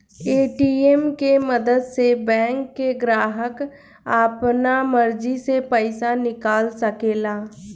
ATM के मदद से बैंक के ग्राहक आपना मर्जी से पइसा निकाल सकेला